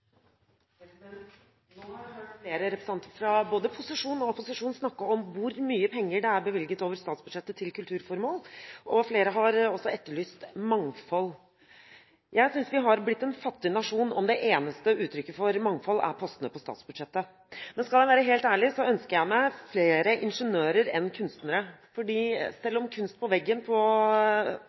livet. Nå har jeg hørt flere representanter fra både posisjon og opposisjon snakke om hvor mye penger som er bevilget over statsbudsjettet til kulturformål, og flere har også etterlyst mangfold. Jeg synes vi har blitt en fattig nasjon om det eneste uttrykket for mangfold er postene på statsbudsjettet. Men skal jeg være helt ærlig, ønsker jeg meg flere ingeniører enn kunstnere. Selv om kunst på veggen på